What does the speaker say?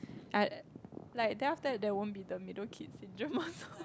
I like then after that there won't be the middle kid syndrome also